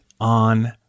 on